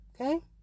Okay